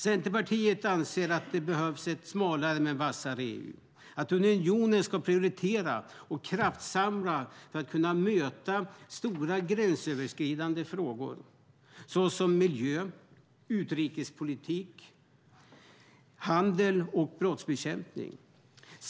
Centerpartiet anser att det behövs ett smalare men vassare EU, att unionen ska prioritera och kraftsamla för att kunna möta stora gränsöverskridande frågor om miljö, utrikespolitik, handel och brottsbekämpning.